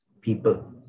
people